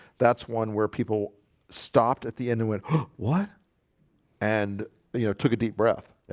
that's one where people stopped at the end. and when what and you know took a deep breath, you